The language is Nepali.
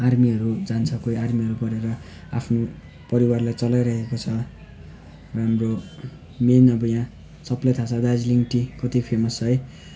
आर्मीहरू जान्छ कोही आर्मीहरू गरेर आफ्नो परिवारलाई चलाइरहेको छ हाम्रो मेन अब यहाँ सबलाई थाहा छ दार्जिलिङ टी कति फेमस छ है